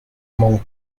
mão